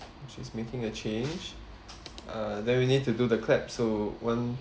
she's making a change uh then we need to do the clap so one